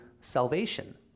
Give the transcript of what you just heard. salvation